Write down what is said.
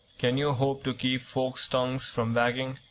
can you hope to keep folk's tongues from wagging?